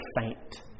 faint